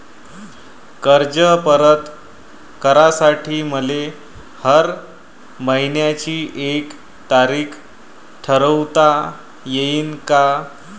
कर्ज परत करासाठी मले हर मइन्याची एक तारीख ठरुता येईन का?